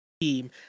Team